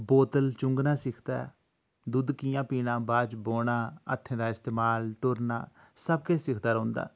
बोतल चूंह्गना सिखदा ऐ दुद्ध कियां पीना बाद च बौह्ना हत्थें दा इस्तेमाल टुरना सब किश सिखदा रौह्ंदा